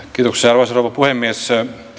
arvoisa rouva puhemies